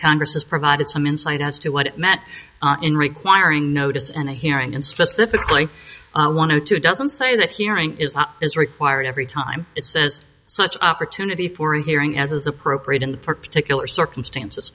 congress has provided some insight as to what it meant in requiring notice and a hearing and specifically one or two doesn't say that hearing is required every time it says such opportunity for a hearing as is appropriate in the particular circumstances